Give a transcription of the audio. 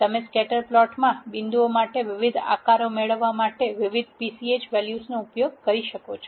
તમે સ્કેટર પ્લોટમાં બિંદુઓ માટે વિવિધ આકારો મેળવવા માટે વિવિધ pch વેલ્યુઝનો ઉપયોગ કરી શકો છો